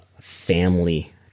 family